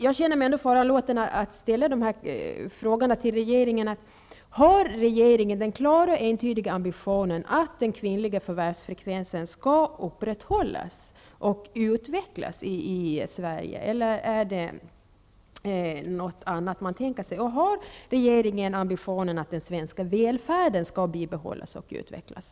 Jag känner mig ändå föranlåten att ställa de här frågorna till regeringen: Har regeringen den klara och entydiga ambitionen att den kvinnliga förvärvsfrekvensen skall upprätthållas och utvecklas i Sverige eller tänker man sig något annat? Och har regeringen ambitionen att den svenska välfärden skall bibehållas och utvecklas?